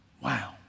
Wow